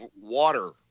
water